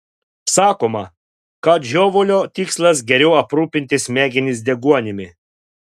sakoma kad žiovulio tikslas geriau aprūpinti smegenis deguonimi